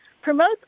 promotes